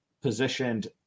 positioned